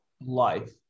Life